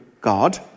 God